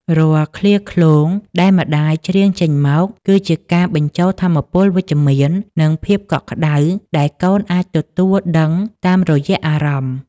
រាល់ឃ្លាឃ្លោងដែលម្ដាយច្រៀងចេញមក គឺជាការបញ្ជូនថាមពលវិជ្ជមាន និងភាពកក់ក្តៅដែលកូនអាចទទួលដឹងតាមរយៈអារម្មណ៍។